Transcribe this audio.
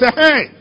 hey